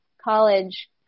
college